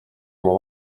oma